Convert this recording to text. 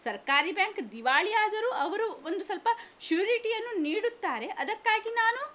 ಸರ್ಕಾರಿ ಬ್ಯಾಂಕ್ ದಿವಾಳಿ ಆದರೂ ಅವರು ಒಂದು ಸ್ವಲ್ಪ ಶೂರಿಟಿಯನ್ನು ನೀಡುತ್ತಾರೆ ಅದಕ್ಕಾಗಿ ನಾನೂ